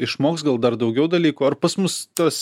išmoks gal dar daugiau dalykų ar pas mus tas